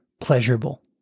pleasurable